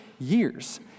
years